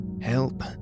help